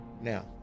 Now